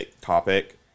topic